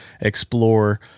explore